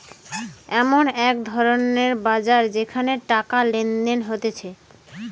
এমন এক ধরণের বাজার যেখানে টাকা লেনদেন হতিছে